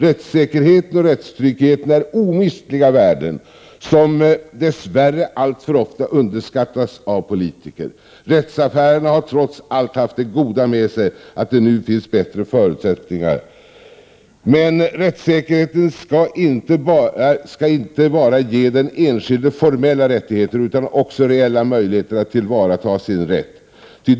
Rättssäkerheten och rättstryggheten är omistliga värden som dess värre alltför ofta underskattas av politiker. Rättssäkerheten skall inte bara ge den enskilde formella rättigheter utan också reella möjligheter att tillvarata sin rätt.